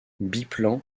biplan